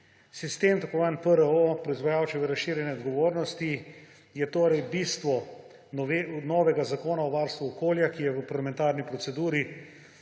Sistem, tako imenovani PRO – proizvajalčeva razširjena odgovornost je bistvo novega zakona o varstvu okolja, ki je v parlamentarni proceduri.